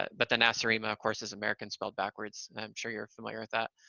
but the nacirema, of course, is american spelled backwards. i'm sure you're familiar with that,